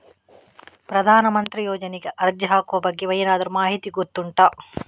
ಪ್ರಧಾನ ಮಂತ್ರಿ ಯೋಜನೆಗೆ ಅರ್ಜಿ ಹಾಕುವ ಬಗ್ಗೆ ಏನಾದರೂ ಮಾಹಿತಿ ಗೊತ್ತುಂಟ?